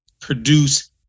produce